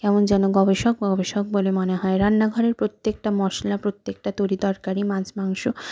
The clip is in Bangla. কেমন যেন গবেষক গবেষক বলে মনে হয় রান্নাঘরের প্রত্যেকটা মশলা প্রত্যেকটা তরি তরকারি মাছ মাংস